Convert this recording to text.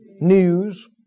News